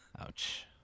Ouch